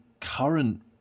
current